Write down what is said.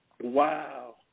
Wow